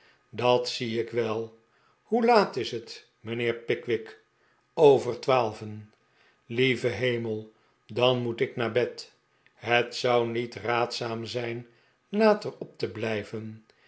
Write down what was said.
dat zie ik wel hoe laat is het mijnheer pickwick over twaalfven lieve hemel dan moet ik naar bed het zou niet raadzaam zijn later op te blijven